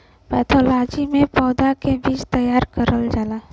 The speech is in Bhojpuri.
पैथालोजी में पौधा के बीज तैयार करल जाला